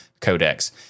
codecs